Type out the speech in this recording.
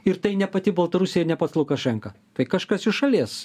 ir tai ne pati baltarusija ir ne pats lukašenka tai kažkas iš šalies